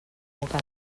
boca